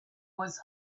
was